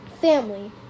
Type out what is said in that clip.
family